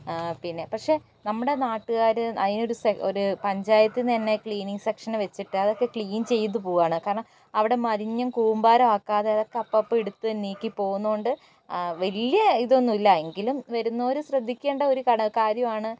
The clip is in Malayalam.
ആഹ് പിന്നെ പക്ഷെ നമ്മുടെ നാട്ടുകാർ അതിനൊരു ഒരു പഞ്ചായത്ത് തന്നെ ക്ലീനിങ്ങ് സെക്ഷൻ വച്ചിട്ട് അതൊക്കെ ക്ലീൻ ചെയ്ത് പോകുകയാണ് കാരണം അവിടെ മാലിന്യം കൂമ്പാരം ആക്കാതെ അതൊക്കെ അപ്പം അപ്പം എടുത്തു നീക്കി പോകുന്നതുകൊണ്ട് വലിയ ഇതൊന്നും ഇല്ല എങ്കിലും വരുന്നവർ ശ്രദ്ധിക്കേണ്ട ഒരു കാര്യം ആണ്